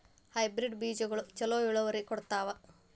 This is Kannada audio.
ಹೈಬ್ರಿಡ್ ಬೇಜಗೊಳು ಛಲೋ ಇಳುವರಿ ಕೊಡ್ತಾವ?